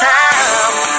time